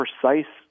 precise